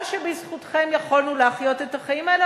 שבזכותכם יכולנו להחיות את החיים האלה,